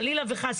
חלילה וחס,